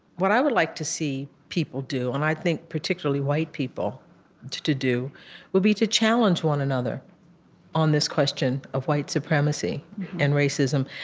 what i would like to see people do and, i think, particularly, white people to to do would be to challenge one another on this question of white supremacy and racism.